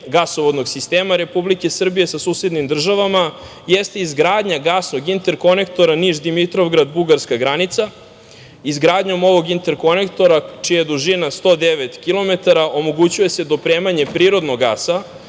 gasovodnog sistema Republike Srbije sa susednim državama, jeste izgradnja gasnog interkonektora Niš–Dimitrovgrad –bugarska granica. Izgradnjom ovog interkonektora, čija je dužina 109 kilometara, omogućuje se dopremanje prirodnog gasa